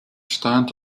stand